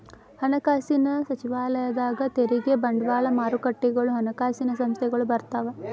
ಹಣಕಾಸಿನ ಸಚಿವಾಲಯದಾಗ ತೆರಿಗೆ ಬಂಡವಾಳ ಮಾರುಕಟ್ಟೆಗಳು ಹಣಕಾಸಿನ ಸಂಸ್ಥೆಗಳು ಬರ್ತಾವ